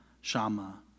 Shama